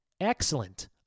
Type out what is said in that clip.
excellent